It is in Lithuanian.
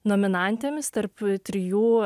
nominantėmis tarp trijų